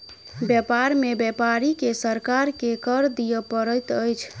व्यापार में व्यापारी के सरकार के कर दिअ पड़ैत अछि